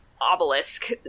obelisk